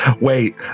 Wait